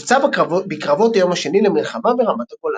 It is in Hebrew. נפצע בקרבות היום השני למלחמה ברמת הגולן.